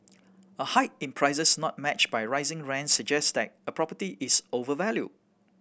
a hike in prices not matched by rising rents suggests that a property is overvalued